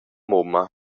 mumma